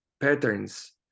patterns